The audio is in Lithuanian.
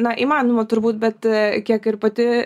na įmanoma turbūt bet kiek ir pati